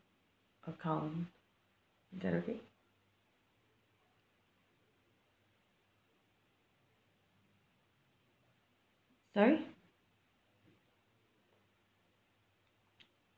account is that okay sorry